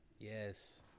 Yes